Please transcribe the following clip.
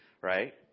Right